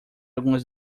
algumas